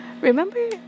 Remember